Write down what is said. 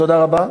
תודה רבה.